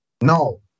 No